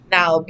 Now